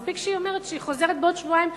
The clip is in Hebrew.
מספיק שהיא אומרת שהיא חוזרת בעוד שבועיים.